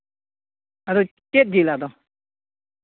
ᱟᱫᱚ ᱪᱮᱫ ᱡᱤᱞ ᱟᱫᱚ